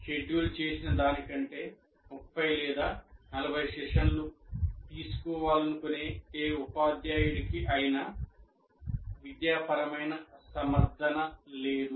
schedule చేసిన దానికంటే 30 40 సెషన్ లు తీసుకోవాలనుకునే ఏ ఉపాధ్యాయుడికి అయినా విద్యా పరమైన సమర్థన లేదు